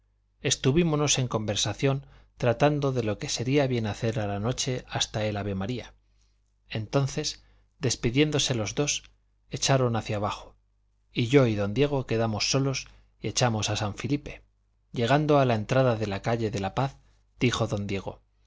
estuvímonos en conversación tratando de lo que sería bien hacer a la noche hasta el avemaría entonces despidiéndose los dos echaron hacia abajo y yo y don diego quedamos solos y echamos a san filipe llegando a la entrada de la calle de la paz dijo don diego